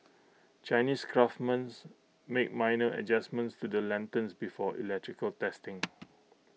Chinese craftsmen make minor adjustments to the lanterns before electrical testing